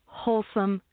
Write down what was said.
wholesome